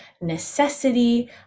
necessity